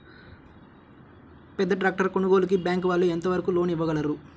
పెద్ద ట్రాక్టర్ కొనుగోలుకి బ్యాంకు వాళ్ళు ఎంత వరకు లోన్ ఇవ్వగలరు?